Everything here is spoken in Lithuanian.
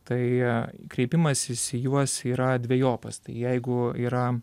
tai kreipimasis į juos yra dvejopas tai jeigu yra